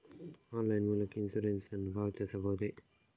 Online ಮೂಲಕ insurance ನ್ನು ಪಾವತಿಸಬಹುದೇ?